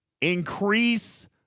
increase